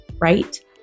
right